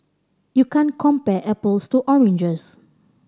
you can't compare apples to oranges